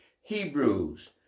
Hebrews